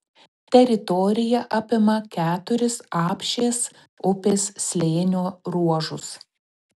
teritorija apima keturis apšės upės slėnio ruožus